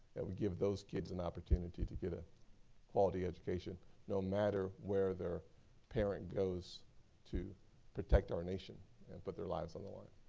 that would give those kids an opportunity to get a quality education no matter where their parent goes to protect our nation and put their lives on the line.